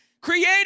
Create